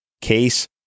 case